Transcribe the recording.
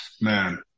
Man